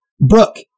Brooke